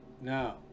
Now